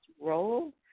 role